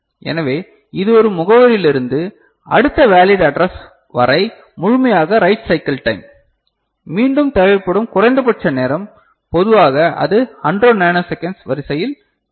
எனவே இது ஒரு முகவரியிலிருந்து அடுத்த வேலிட் அட்ரஸ் வரை முழுமையாக ரைட் சைக்கிள் டைம் மீண்டும் தேவைப்படும் குறைந்தபட்ச நேரம் பொதுவாக அது 100 நானோ செகண்ட்ஸ் வரிசையில் இருக்கும்